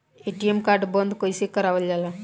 ATM card बन्द कईसे करावल जाला?